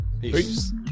Peace